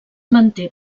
manté